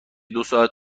دوساعت